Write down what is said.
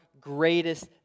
greatest